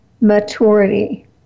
maturity